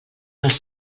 els